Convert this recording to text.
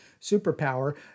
superpower